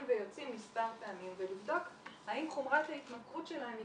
ויוצאים מספר פעמים ולבדוק האם חומרת ההתמכרות שלהם היא